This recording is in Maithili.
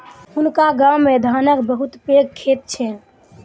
हुनका गाम मे धानक बहुत पैघ खेत छैन